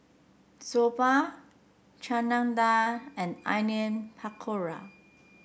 Soba Chana Dal and Onion Pakora